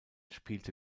spielte